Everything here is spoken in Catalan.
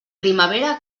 primavera